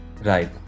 right